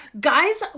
guys